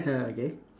uh okay